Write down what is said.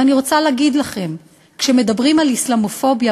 ואני רוצה להגיד לכם: כשמדברים על אסלאמופוביה,